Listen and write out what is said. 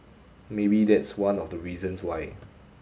maybe that's one of the reasons why